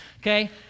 okay